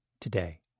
today